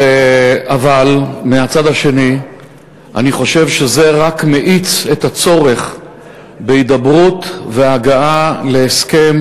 אבל מהצד השני אני חושב שזה רק מאיץ את הצורך בהידברות והגעה להסכם,